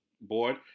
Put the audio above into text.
board